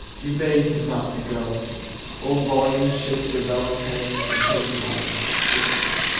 you beg him not to go old volumes shake their vellum heads and tantalize, just so.